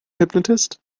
hypnotist